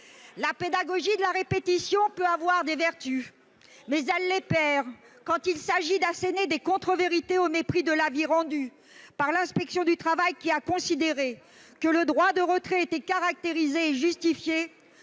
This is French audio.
La pédagogie de la répétition peut avoir des vertus ; mais elle les perd quand elle consiste à asséner des contre-vérités. En l'occurrence, on ignore l'avis de l'inspection du travail, qui a considéré que le droit de retrait était caractérisé et justifié